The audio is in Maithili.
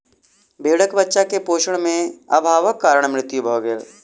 भेड़क बच्चा के पोषण में अभावक कारण मृत्यु भ गेल